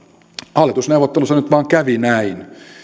hallitusneuvotteluissa nyt vain kävi näin